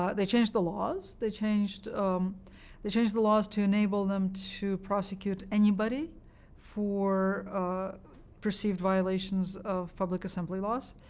ah they changed the laws. they changed um they changed the laws to enable them to prosecute anybody for perceived violations of public assembly laws.